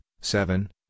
seven